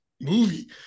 movie